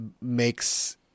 makes